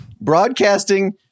Broadcasting